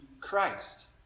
Christ